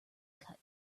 cut